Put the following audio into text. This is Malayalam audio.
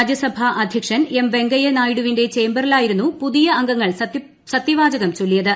രാജ്യസഭാ അധ്യക്ഷൻ എം വെങ്കയ്യ നായിഡുവിന്റെ ചേംബറിലായിരുന്നു പുതിയ അംഗങ്ങൾ സത്യവാചകം ചൊല്ലിയത്